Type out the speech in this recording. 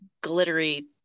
glittery